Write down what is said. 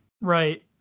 Right